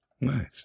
Nice